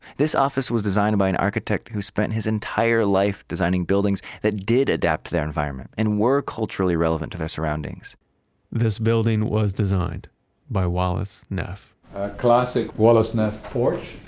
this office was designed by an architect who spent his entire life designing buildings that did adapt to their environment and were culturally relevant to the surroundings this building was designed by wallace neff a classic wallace neff porch,